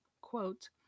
quote